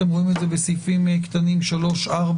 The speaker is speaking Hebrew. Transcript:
אתם רואים את זה בסעיפים קטנים (3), (4),